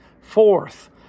Fourth